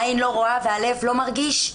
העין לא רואה והלב לא מרגיש?